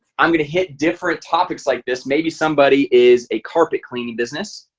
i'm gonna hit different topics like this maybe somebody is a carpet cleaning business